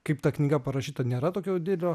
kaip ta knyga parašyta nėra tokio didelio